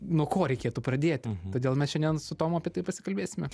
nuo ko reikėtų pradėti todėl mes šiandien su tomu apie tai pasikalbėsime